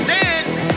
dance